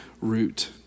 root